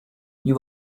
you